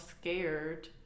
scared